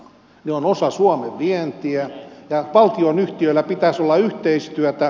ne ovat osa suomen vientiä ja valtionyhtiöillä pitäisi olla yhteistyötä